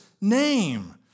name